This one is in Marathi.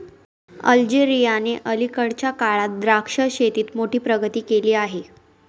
अल्जेरियाने अलीकडच्या काळात द्राक्ष शेतीत मोठी प्रगती केली आहे